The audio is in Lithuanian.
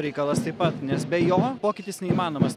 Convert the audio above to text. reikalas taip pat nes be jo pokytis neįmanomas